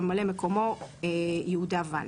ממלא מקומו יהיה יהודה ולד.